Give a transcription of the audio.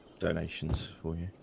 donations for you,